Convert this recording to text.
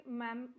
ma'am